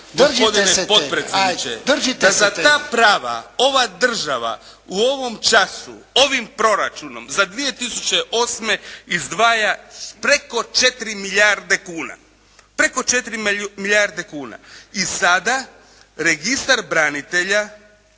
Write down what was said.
**Kajin, Damir (IDS)** Da za ta prava ova država u ovom času ovim proračunom za 2008. izdvaja preko 4 milijarde kuna. Preko 4 milijarde kuna. I sada registar branitelja